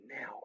now